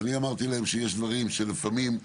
ואני אמרתי להם שלפעמים יש דברים